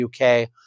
UK